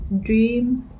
dreams